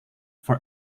for